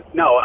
no